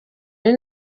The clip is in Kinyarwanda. ari